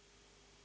Hvala.